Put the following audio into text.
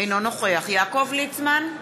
אינו נוכח יעקב ליצמן,